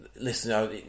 listen